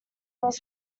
was